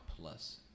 plus